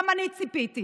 גם אני ציפיתי.